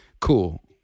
Cool